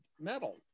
metal